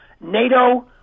NATO